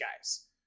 guys